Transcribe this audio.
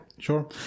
Sure